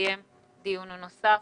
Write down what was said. נקיים דיון נוסף.